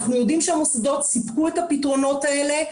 אנחנו יודעים שהמוסדות סיפקו את הפתרונות האלה,